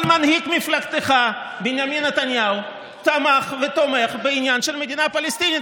אבל מנהיג מפלגתך בנימין נתניהו תמך ותומך בעניין של מדינה פלסטינית,